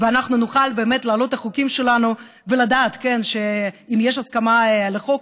אנחנו נוכל באמת להעלות את החוקים שלנו ולדעת שאם יש הסכמה על החוק,